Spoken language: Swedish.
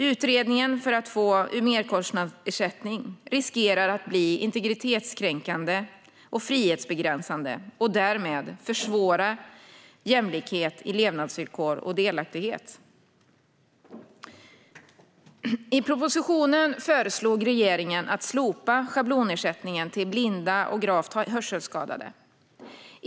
Utredningen för att få merkostnadsersättning riskerar att bli integritetskränkande och frihetsbegränsande och därmed försvåra jämlikhet i levnadsvillkor och delaktighet. I propositionen föreslog regeringen att slopa schablonersättningen till blinda och gravt hörselskadade.